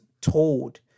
told